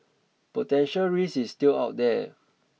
potential risk is still out there